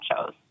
shows